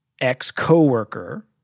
ex-coworker